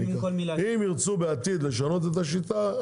אם ירצו בעתיד לשנות את השיטה,